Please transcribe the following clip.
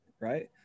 right